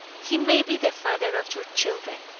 he may be the father of your children.